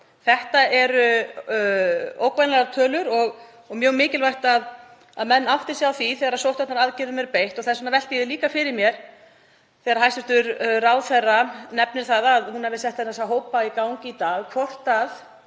Þetta eru ógnvænlegar tölur og mjög mikilvægt að menn átti sig á því þegar sóttvarnaaðgerðum er beitt. Þess vegna velti ég því líka fyrir mér þegar hæstv. ráðherra nefnir að hún hafi sett þessa hópa í gang í dag hvort það